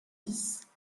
dix